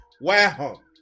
Wow